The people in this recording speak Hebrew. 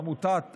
אז מעמותת ידיד,